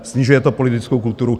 Snižuje to politickou kulturu.